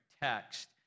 text